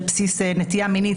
על בסיס נטייה מינית,